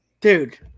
Dude